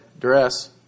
dress